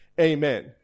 amen